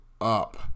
up